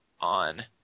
on